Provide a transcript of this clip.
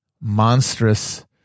monstrous